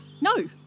no